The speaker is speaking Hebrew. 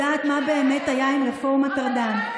יודעת מה באמת היה עם רפורמת ארדן.